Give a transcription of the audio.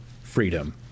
freedom